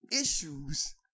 issues